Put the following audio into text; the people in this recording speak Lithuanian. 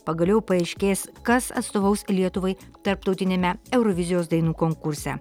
pagaliau paaiškės kas atstovaus lietuvai tarptautiniame eurovizijos dainų konkurse